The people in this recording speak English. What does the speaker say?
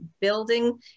Building